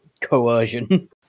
coercion